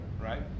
right